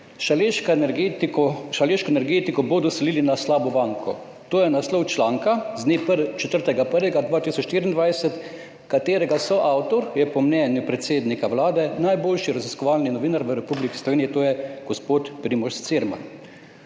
Šaleško energetiko bodo selili na »slabo banko«. To je naslov članka z dne 4. 1. 2024, katerega soavtor je po mnenju predsednika Vlade najboljši raziskovalni novinar v Republiki Sloveniji, to je gospod Primož Cirman.